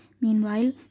Meanwhile